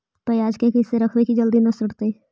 पयाज के कैसे रखबै कि जल्दी न सड़तै?